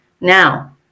Now